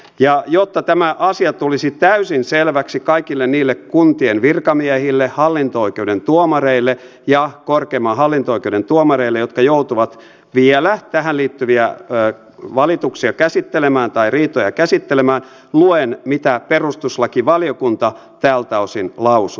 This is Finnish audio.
ja jotta tämä asia tulisi täysin selväksi kaikille niille kuntien virkamiehille hallinto oikeuden tuomareille ja korkeimman hallinto oikeuden tuomareille jotka joutuvat vielä tähän liittyviä valituksia käsittelemään tai riitoja käsittelemään luen mitä perustuslakivaliokunta tältä osin lausui